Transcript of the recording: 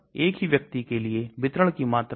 Lipophilicity जोड़ें इसका अर्थ है इसका LogP बढ़ाएं